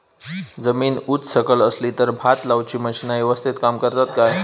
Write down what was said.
जमीन उच सकल असली तर भात लाऊची मशीना यवस्तीत काम करतत काय?